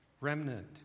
remnant